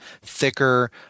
thicker